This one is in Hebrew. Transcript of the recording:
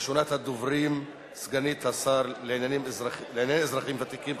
ראשונת הדוברים היא סגנית השר לענייני אזרחים ותיקים,